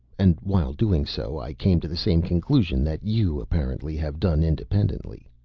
and while doing so, i came to the same conclusion that you, apparently, have done independently.